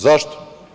Zašto?